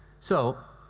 so,